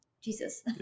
jesus